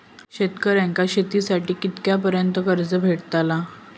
शेतकऱ्यांका शेतीसाठी कितक्या पर्यंत कर्ज भेटताला?